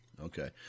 okay